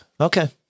Okay